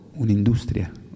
un'industria